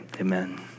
Amen